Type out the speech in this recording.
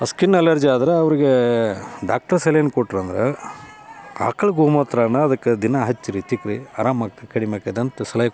ಆ skin allergy ಆದ್ರೆ ಅವ್ರ್ಗೆ ಡಾಕ್ಟ್ರ್ ಸಲಹೆ ಏನು ಕೊಟ್ರು ಅಂದರೆ ಆಕಳು ಗೋಮೂತ್ರನ್ನ ಅದಕ್ಕೆ ದಿನಾ ಹಚ್ಚಿರಿ ತಿಕ್ಕಿರಿ ಅರಾಮ ಆಗ್ತ್ ಕಡಿಮೆ ಆಕೈತೆ ಅಂತ ಸಲಹೆ ಕೊಟ್ಟರು